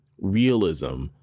realism